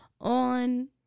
on